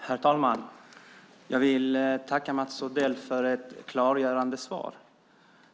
Herr talman! Jag vill tacka Mats Odell för ett klargörande svar.